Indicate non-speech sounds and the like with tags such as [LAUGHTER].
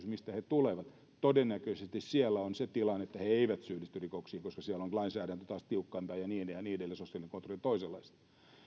[UNINTELLIGIBLE] mistä he tulevat todennäköisesti siellä on se tilanne että he eivät syyllisty rikoksiin koska siellä lainsäädäntö on taas tiukempaa ja niin edelleen ja niin edelleen sosiaalinen kontrolli on toisenlaista